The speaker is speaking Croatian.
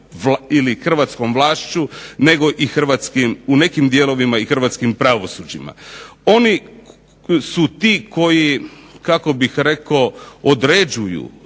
ili hrvatskom vlašću u nekim dijelovima Hrvatskim pravosuđima. Oni su ti koji određuju